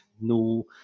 No